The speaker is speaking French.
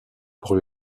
pour